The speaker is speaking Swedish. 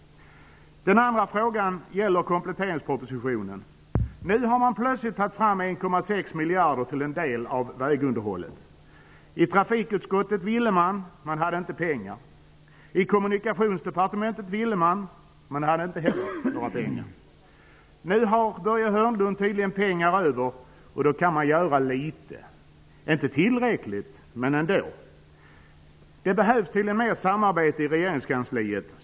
Den andra frågan gäller kompletteringspropositionen. Nu har man plötsligt tagit fram 1,6 miljarder till en del av vägunderhållet. I trafikutskottet ville man, men hade inte pengar. I Kommunikationsdepartementet ville man, men hade inte heller några pengar. Nu har Börje Hörnlund tydligen pengar över, och då kan man göra litet -- inte tillräckligt, men ändå. Det behövs tydligen mer samarbete i regeringskansliet.